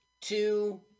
two